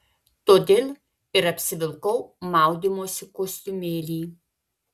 todėl ir apsivilkau maudymosi kostiumėlį